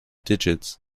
digits